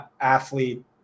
athlete